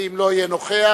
ואם לא יהיה נוכח,